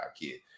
kid